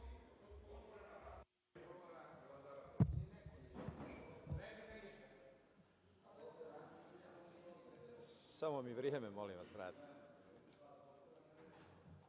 Samo mi vreme, molim vas, vratite.